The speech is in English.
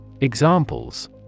Examples